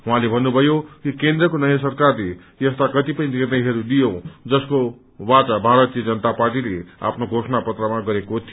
उहाँले भन्नुभयो कि केन्द्रको नयाँ सरकारले यस्ता कतिपय निर्णयहरू लियो जसको वाचा भारतीय जनता पार्टीले आफ्नो घोषणा पत्रमा गरेको थियो